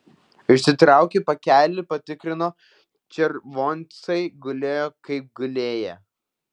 išsitraukė pakelį patikrino červoncai gulėjo kaip gulėję